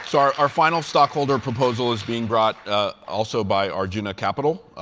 so our our final stockholder proposal is being brought also by arjuna capital,